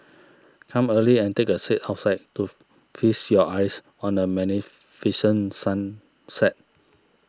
come early and take a seat outside to feast your eyes on the magnificent sunset